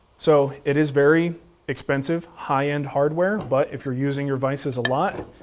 so it is very expensive, high-end hardware, but if you're using your vises a lot,